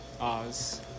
Oz